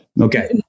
Okay